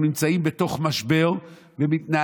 אנחנו נמצאים בתוך משבר ומתנהלים,